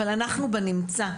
אבל אנחנו בנמצא,